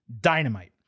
Dynamite